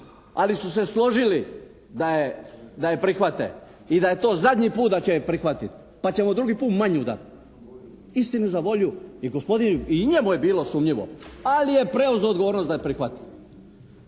Ali su se složili da je prihvate i da je to zadnji put da će je prihvatiti, pa ćemo drugi put manju dat. Istini za volju i gospodin i njemu je bilo sumljivo, ali je preuzeo odgovornost da je prihvati i